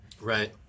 Right